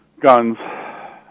guns